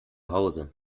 hause